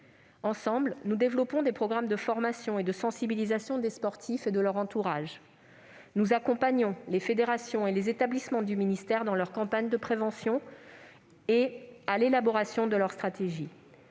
Ensemble, nous développons des programmes de formation et de sensibilisation des sportifs et de leur entourage ; nous accompagnons les fédérations et les établissements du ministère dans leur campagne de prévention et l'élaboration de leur stratégie